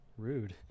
Rude